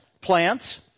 plants